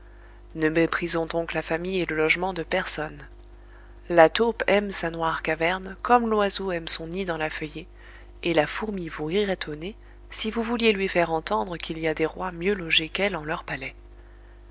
ne méprisons donc la famille et le logement de personne la taupe aime sa noire caverne comme l'oiseau aime son nid dans la feuillée et la fourmi vous rirait au nez si vous vouliez lui faire entendre qu'il y a des rois mieux logés qu'elle en leurs palais